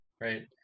right